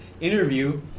interview